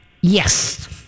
Yes